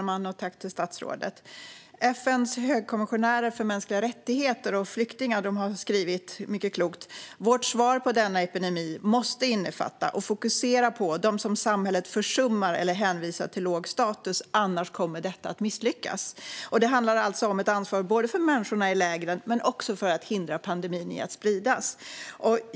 Fru talman! FN:s högkommissarier för mänskliga rättigheter respektive flyktingar har skrivit mycket klokt: Vårt svar på denna epidemi måste innefatta och fokusera på dem som samhället försummar eller hänvisar till låg status. Annars kommer detta att misslyckas. Det handlar alltså om ett ansvar både för människorna i lägren och för att hindra att pandemin sprids.